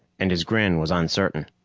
and his grin was uncertain.